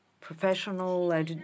professional